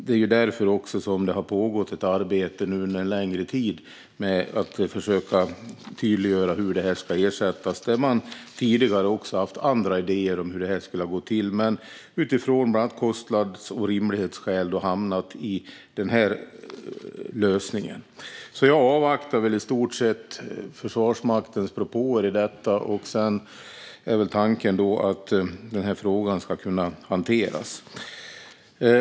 Det är därför det har pågått ett arbete under en längre tid med att försöka tydliggöra hur detta ska ersättas. Tidigare har man haft andra idéer om hur det ska gå till, men utifrån bland annat kostnads och rimlighetsskäl har man landat i den här lösningen. Jag avvaktar i stort sett Försvarsmaktens propåer i detta. Sedan är väl tanken att frågan ska kunna hanteras.